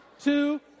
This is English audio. two